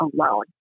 alone